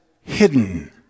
hidden